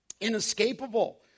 inescapable